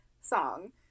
song